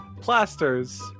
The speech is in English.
Plasters